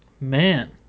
man